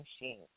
machine